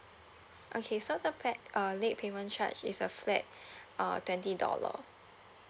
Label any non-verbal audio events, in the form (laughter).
okay so the flat uh late payment charge is a flat (breath) uh twenty dollar